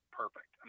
perfect